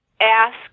ask